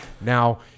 Now